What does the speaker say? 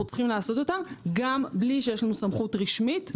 צריכים לעשות אותם גם בלי סמכות רשמית.